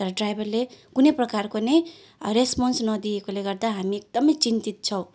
त्यहाँ ड्राइभरले कुनै प्रकारको नै रेस्पन्स नदिएकोले गर्दा हामी एकदमै चिन्तित छौँ